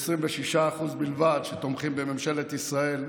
ו-26% בלבד שתומכים בממשלת ישראל.